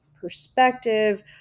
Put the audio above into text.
perspective